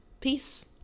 Peace